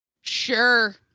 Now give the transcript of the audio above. Sure